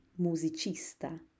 musicista